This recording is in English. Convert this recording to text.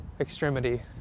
extremity